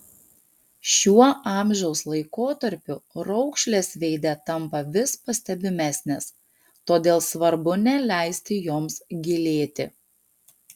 šiuo amžiaus laikotarpiu raukšlės veide tampa vis pastebimesnės todėl svarbu neleisti joms gilėti